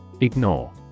Ignore